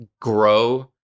grow